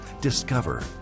Discover